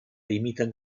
imiten